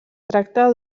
tracta